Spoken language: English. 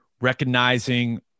Recognizing